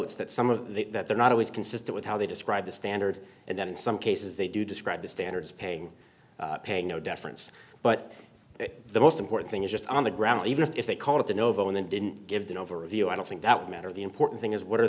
notes that some of the that they're not always consistent with how they describe the standard and then in some cases they do describe the standards paying paying no deference but the most important thing is just on the ground even if they call it the novo and didn't give that over review i don't think that would matter the important thing is what are